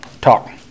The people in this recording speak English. talk